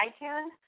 iTunes